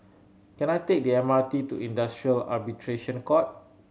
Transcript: can I take the M R T to Industrial Arbitration Court